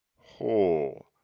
whole